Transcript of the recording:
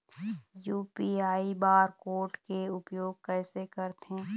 UPI bar code के उपयोग कैसे करथें?